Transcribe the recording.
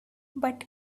but